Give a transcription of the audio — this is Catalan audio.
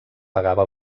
pagava